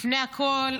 לפני הכול,